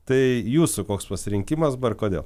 tai jūsų koks pasirinkimas kodėl